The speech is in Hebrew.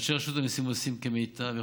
אנשי רשות המיסים עושים כמיטב יכולתם,